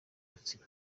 rutsiro